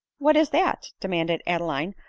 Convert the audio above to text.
what is that? demanded ade line,